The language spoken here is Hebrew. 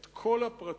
את כל הפרטים,